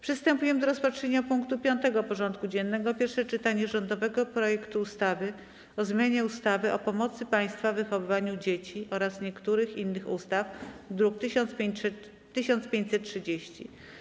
Przystępujemy do rozpatrzenia punktu 5. porządku dziennego: Pierwsze czytanie rządowego projektu ustawy o zmianie ustawy o pomocy państwa w wychowywaniu dzieci oraz niektórych innych ustaw (druk nr 1530)